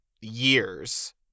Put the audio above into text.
years